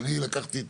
מי עוד ביקש?